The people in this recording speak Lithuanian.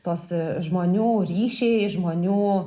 tos žmonių ryšiai žmonių